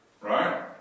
right